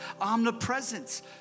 omnipresence